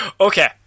Okay